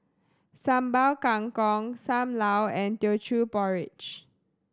Sambal Kangkong Sam Lau and Teochew Porridge